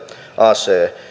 aseen